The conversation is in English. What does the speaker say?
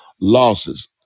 losses